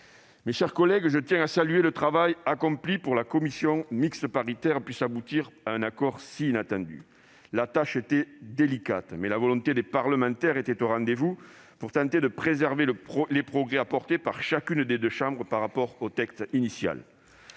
Mes chers collègues, je tiens à saluer le travail accompli pour que la commission mixte paritaire puisse aboutir à un accord si inattendu. La tâche était délicate, mais la volonté des parlementaires était au rendez-vous pour tenter de préserver les progrès apportés par chacune des deux chambres par rapport au texte initial.